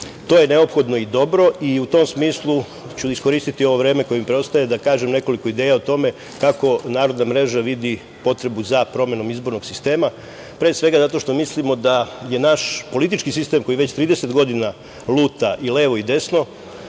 To je neophodno i dobro i u tom smislu ću iskoristi ovo vreme koje mi preostaje da kažem nekoliko ideja o tome kako narodna mreža vidi potrebu za promenom izbornog sistema, pre svega zato što mislimo da je naš politički sistem koji već 30 godina luta i levo i desno,